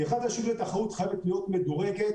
פתיחת השוק לתחרות חייבת להיות מדורגת,